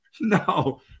No